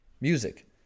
music